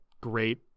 great